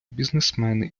бізнесмени